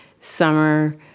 summer